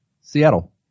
Seattle